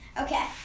Okay